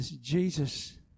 Jesus